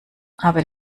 aber